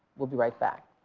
we'll be right back.